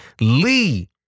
Lee